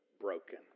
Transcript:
broken